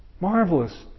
marvelous